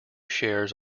shares